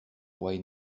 poids